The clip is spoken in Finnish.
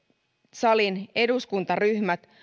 salin eduskuntaryhmät